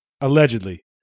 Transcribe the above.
allegedly